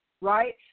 Right